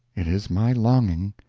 it is my longing,